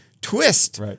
twist